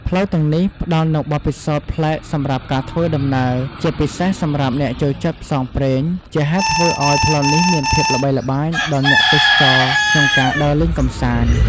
ផ្លូវទាំងនេះផ្តល់នូវបទពិសោធន៍ប្លែកសម្រាប់ការធ្វើដំណើរ ជាពិសេសសម្រាប់អ្នកចូលចិត្តផ្សងព្រេង ជាហេតុធ្វើឲ្យផ្លូវនេះមានភាពល្បីល្បាញដល់អ្នកទេសចរក្នុងការដើរលេងកម្សាន្ត។